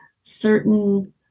certain